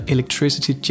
Electricity